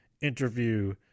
Interview